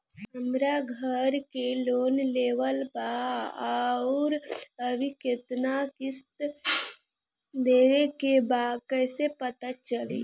हमरा घर के लोन लेवल बा आउर अभी केतना किश्त देवे के बा कैसे पता चली?